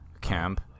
camp